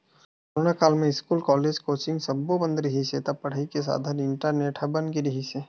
corona काल म school, college, coaching सब्बो बंद रिहिस हे त पड़ई के साधन इंटरनेट ह बन गे रिहिस हे